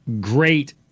great